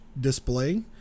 display